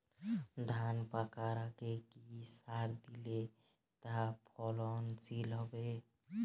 ধান পাকার আগে কি সার দিলে তা ফলনশীল হবে?